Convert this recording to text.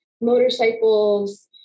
motorcycles